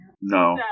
no